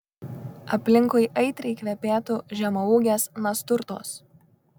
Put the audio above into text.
aplinkui aitriai kvepėtų žemaūgės nasturtos